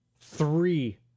Three